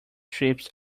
trips